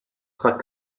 trat